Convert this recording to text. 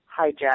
hijack